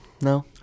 No